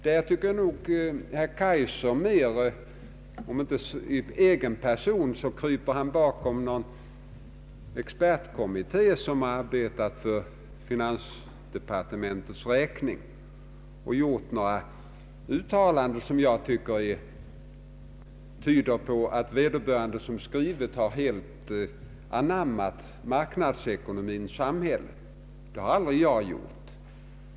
Herr Kaijser kryper bakom en expertkommitté som arbetat för finansdepartementets räkning och gjort några uttalanden som enligt min uppfattning tyder på att vederbörande helt har anammat marknadsekonomins samhälle. Det har jag aldrig gjort.